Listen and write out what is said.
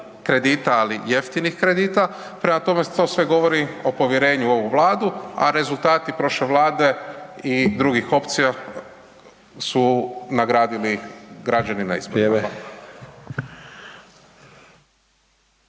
kredita, ali jeftinih kredita. Prema tome, to sve govori o povjerenju u ovu Vladu, a rezultati prošle vlade i drugih opcija su nagradili građani na izborima.